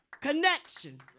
connection